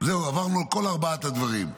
עברנו על כל ארבעת הדברים.